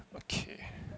okay